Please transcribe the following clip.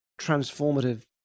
transformative